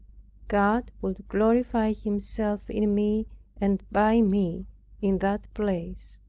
god would glorify himself in me and by me in that place.